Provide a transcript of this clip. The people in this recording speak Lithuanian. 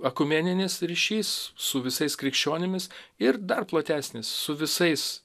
ekumeninis ryšys su visais krikščionimis ir dar platesnis su visais